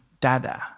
Dada